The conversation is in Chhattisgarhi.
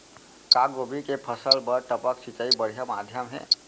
का गोभी के फसल बर टपक सिंचाई बढ़िया माधयम हे?